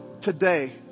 today